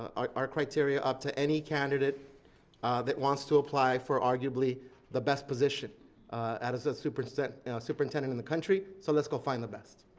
our criteria up to any candidate that wants to apply for arguably the best position as a superintendent superintendent in the country. so let's go find the best.